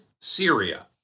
Syria